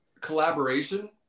collaboration